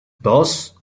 dos